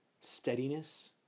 Steadiness